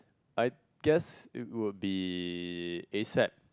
I guess it would be asap